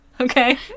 Okay